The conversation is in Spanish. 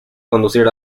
conducir